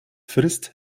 frisst